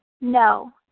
no